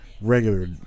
regular